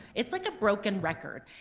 it's like a broken record,